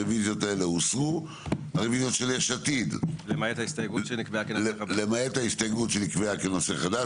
הרוויזיה של יש עתיד למעט ההסתייגות שנקבעה כנושא חדש.